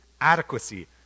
adequacy